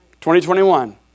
2021